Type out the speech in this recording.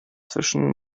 zwischen